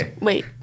wait